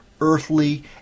earthly